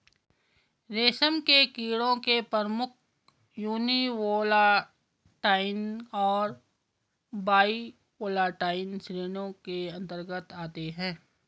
रेशम के कीड़ों के प्रमुख समूह यूनिवोल्टाइन और बाइवोल्टाइन श्रेणियों के अंतर्गत आते हैं